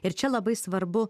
ir čia labai svarbu